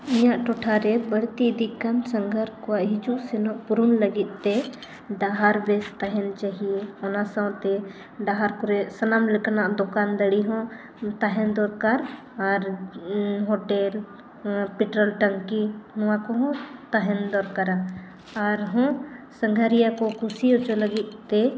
ᱤᱧᱟᱹᱜ ᱴᱚᱴᱷᱟ ᱨᱮ ᱵᱟᱹᱲᱛᱤ ᱤᱫᱤᱜ ᱠᱟᱱ ᱥᱟᱸᱜᱷᱟᱨ ᱠᱚᱣᱟᱜ ᱦᱤᱡᱩᱜ ᱥᱮᱱᱚᱜ ᱯᱩᱨᱩᱱ ᱞᱟᱹᱜᱤᱫ ᱛᱮ ᱰᱟᱦᱟᱨ ᱵᱮᱥ ᱛᱟᱦᱮᱱ ᱪᱟᱦᱤ ᱚᱱᱟ ᱥᱟᱶᱛᱮ ᱰᱟᱦᱟᱨ ᱠᱚᱨᱮ ᱥᱟᱱᱟᱢ ᱞᱮᱠᱟᱱᱟᱜ ᱫᱚᱠᱟᱱ ᱫᱟᱱᱤ ᱦᱚᱸ ᱛᱟᱦᱮᱱ ᱫᱚᱨᱠᱟᱨ ᱟᱨ ᱯᱮᱴᱨᱳᱞ ᱴᱟᱝᱠᱤ ᱱᱚᱣᱟ ᱠᱚᱦᱚᱸ ᱛᱟᱦᱮᱱ ᱫᱚᱨᱠᱟᱨᱟ ᱟᱨᱦᱚᱸ ᱥᱟᱸᱜᱷᱟᱨᱤᱭᱟᱹ ᱠᱚ ᱠᱩᱥᱤ ᱦᱚᱪᱚ ᱞᱟᱹᱜᱤᱫ ᱛᱮ